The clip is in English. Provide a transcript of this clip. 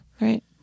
right